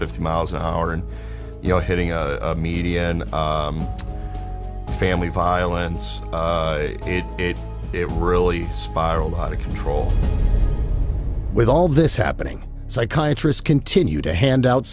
fifty miles an hour and you know hitting a media and family violence in it it really spiraled out of control with all this happening psychiatrists continued to hand out